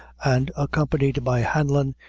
and, accompanied by hanlon,